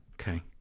Okay